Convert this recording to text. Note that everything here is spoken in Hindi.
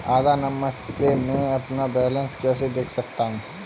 आधार नंबर से मैं अपना बैलेंस कैसे देख सकता हूँ?